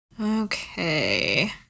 Okay